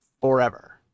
Forever